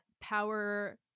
power